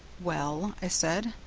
well, i said,